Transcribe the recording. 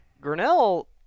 Grinnell